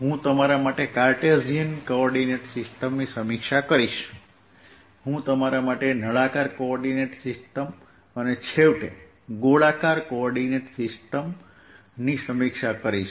હું તમારા માટે કાર્ટેશિયન કોઓર્ડિનેટ સિસ્ટમની સમીક્ષા કરીશ હું તમારા માટે નળાકાર કોઓર્ડિનેટ સિસ્ટમ અને છેવટે ગોળાકાર કોઓર્ડિનેટ સિસ્ટમ ની સમીક્ષા કરીશ